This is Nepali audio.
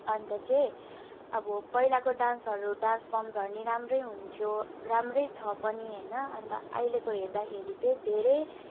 अन्त चाहिँ अब पहिलाको डान्सहरू डान्स फर्महरू नै राम्रै हुन्थ्यो राम्रै छ पनि होइन अन्त अहिलेको हेर्दाखेरि चाहिँ धेरै